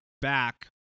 back